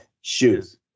shoes